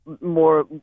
more